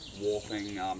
Warping